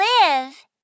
live